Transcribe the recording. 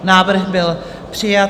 Návrh byl přijat.